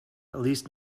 least